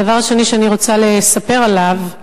הדבר השני שאני רוצה לספר עליו,